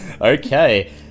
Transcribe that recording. Okay